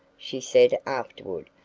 she said afterward,